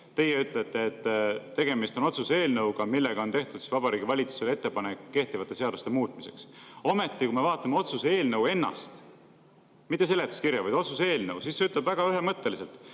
teie ütlete, et tegemist on otsuse eelnõuga, millega on tehtud Vabariigi Valitsusele ettepanek kehtivate seaduste muutmiseks. Ometi, kui me vaatame otsuse eelnõu ennast – mitte seletuskirja, vaid otsuse eelnõu –, siis see ütleb väga ühemõtteliselt: